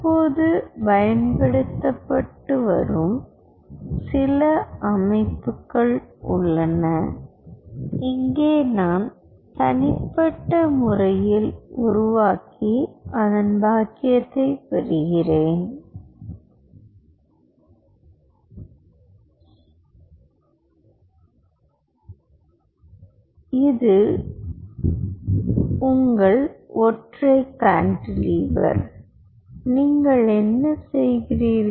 தற்போது பயன்படுத்தப்பட்டு வரும் சில அமைப்புகள் உள்ளன இங்கே நான் தனிப்பட்ட முறையில் உருவாக்கி அதன் பாக்கியத்தைப் பெறுகிறேன் எனவே இது உங்கள் ஒற்றை கான்டிலீவர் நீங்கள் என்ன செய்கிறீர்கள்